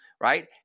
right